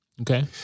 Okay